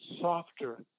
softer